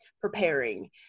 preparing